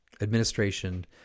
administration